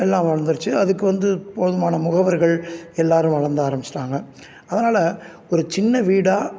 எல்லாம் வந்துருச்சு அதுக்கு வந்து போதுமான முகவர்கள் எல்லாரும் வளர்ந்த ஆரம்பிச்சிட்டாங்க அதனால் ஒரு சின்ன வீடாக